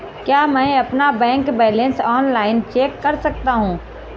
क्या मैं अपना बैंक बैलेंस ऑनलाइन चेक कर सकता हूँ?